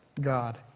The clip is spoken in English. God